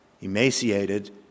emaciated